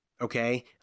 Okay